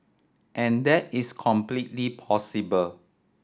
and that is completely possible